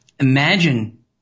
Imagine